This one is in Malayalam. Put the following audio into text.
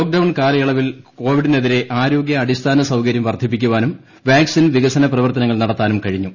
ലോക്ക്ഡൌൺ കാ്ലയളവിൽ കോവിഡിനെതിരെ ആരോഗ്യ അടിസ്ഥാന പ്സ്ത്ക്ര്യം വർദ്ധിപ്പിക്കാനും വാക്സിൻ വികസനപ്രവർത്തനങ്ങൾ ് നടത്താനും കഴിഞ്ഞു